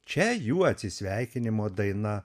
čia jų atsisveikinimo daina